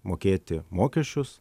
mokėti mokesčius